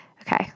Okay